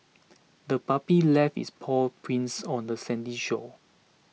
the puppy left its paw prints on the sandy shore